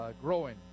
growing